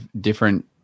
different